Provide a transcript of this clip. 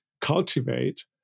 cultivate